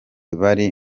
bari